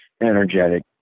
energetic